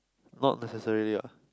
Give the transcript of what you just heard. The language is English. not necessarily what